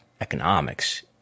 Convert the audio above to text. economics